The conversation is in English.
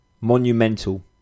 Monumental